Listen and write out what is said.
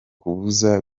kubuza